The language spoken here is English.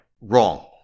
Wrong